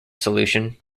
solution